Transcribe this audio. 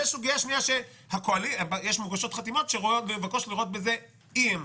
ושנייה היא שמוגשות חתימות שמבקשות לראות בזה אי-אמון.